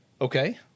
Okay